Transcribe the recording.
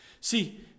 See